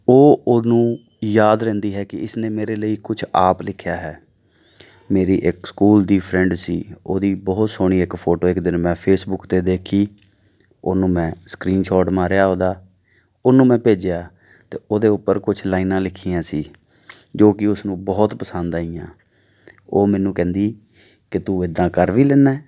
ਉਹ ਉਹਨੂੰ ਯਾਦ ਰਹਿੰਦੀ ਹੈ ਕਿ ਇਸ ਨੇ ਮੇਰੇ ਲਈ ਕੁਛ ਆਪ ਲਿਖਿਆ ਹੈ ਮੇਰੀ ਇੱਕ ਸਕੂਲ ਦੀ ਫਰੈਂਡ ਸੀ ਉਹਦੀ ਬਹੁਤ ਸੋਹਣੀ ਇੱਕ ਫੋਟੋ ਇੱਕ ਦਿਨ ਮੈਂ ਫੇਸਬੁੱਕ 'ਤੇ ਦੇਖੀ ਉਹਨੂੰ ਮੈਂ ਸਕਰੀਨਸ਼ੌਟ ਮਾਰਿਆ ਉਹਦਾ ਉਹਨੂੰ ਮੈਂ ਭੇਜਿਆ ਅਤੇ ਉਹਦੇ ਉੱਪਰ ਕੁਛ ਲਾਈਨਾਂ ਲਿਖੀਆਂ ਸੀ ਜੋ ਕਿ ਉਸਨੂੰ ਬਹੁਤ ਪਸੰਦ ਆਈਆਂ ਉਹ ਮੈਨੂੰ ਕਹਿੰਦੀ ਕਿ ਤੂੰ ਇੱਦਾਂ ਕਰ ਵੀ ਲੈਂਦਾ